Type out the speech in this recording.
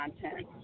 content